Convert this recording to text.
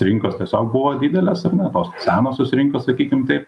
rinkos tiesiog buvo didelės ar ne tos senosios rinkos sakykim taip